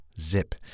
Zip